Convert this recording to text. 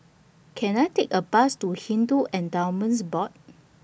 Can I Take A Bus to Hindu Endowments Board